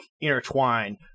intertwine